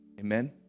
Amen